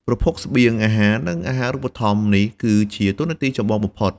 ប្រភពស្បៀងអាហារ និងអាហារូបត្ថម្ភ នេះគឺជាតួនាទីចម្បងបំផុត។